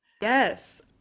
Yes